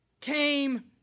came